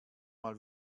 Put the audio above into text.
mal